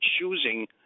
choosing